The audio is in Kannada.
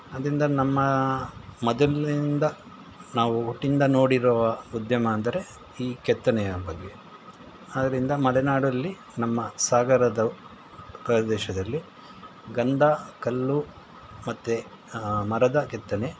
ಅದರಿಂದ ನಮ್ಮ ಮೊದಲಿನಿಂದ ನಾವು ಹುಟ್ಟಿಂದ ನೋಡಿರುವ ಉದ್ಯಮ ಅಂದರೆ ಈ ಕೆತ್ತನೆಯ ಬಗೆ ಆದ್ದರಿಂದ ಮಲೆನಾಡಲ್ಲಿ ನಮ್ಮ ಸಾಗರದ ಪ್ರದೇಶದಲ್ಲಿ ಗಂಧ ಕಲ್ಲು ಮತ್ತು ಮರದ ಕೆತ್ತನೆ